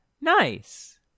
Nice